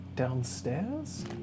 Downstairs